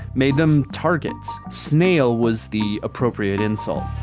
made them targets. snail was the appropriate insult.